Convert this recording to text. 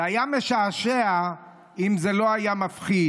זה היה משעשע אם זה לא היה מפחיד.